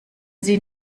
sie